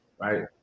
right